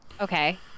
Okay